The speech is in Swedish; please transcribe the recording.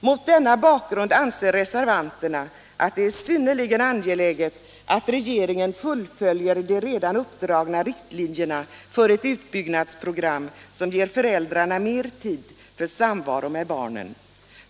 Mot denna bakgrund anser reservanterna att det är synnerligen angeläget att regeringen fullföljer de redan uppdragna riktlinjerna för ett utbyggnadsprogram som ger föräldrarna mer tid för samvaro med barnen.